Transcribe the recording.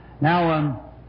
Now